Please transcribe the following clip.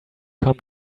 come